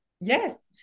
Yes